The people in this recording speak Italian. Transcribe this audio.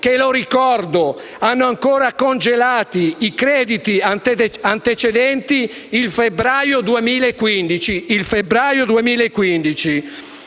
che - lo ricordo - hanno ancora congelati i crediti antecedenti al febbraio 2015.